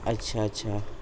اچھا اچھا